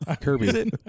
Kirby